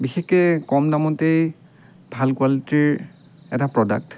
বিশেষকে কম দামতেই ভাল কোৱালিটিৰ এটা প্ৰডাক্ট